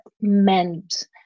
meant